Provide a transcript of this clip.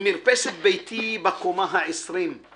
ממרפסת ביתי/ בקומה העשרים/